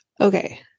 okay